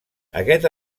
aquest